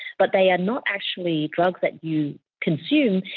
but they are not actually drugs that you consume,